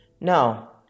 No